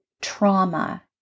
trauma